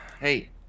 Hey